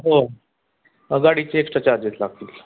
हो गाडीचे extra charges लागतील